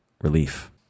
relief